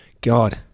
God